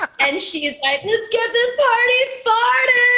and she's like, let's get this party farted!